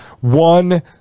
one